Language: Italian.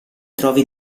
trovi